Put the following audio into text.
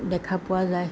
দেখা পোৱা যায়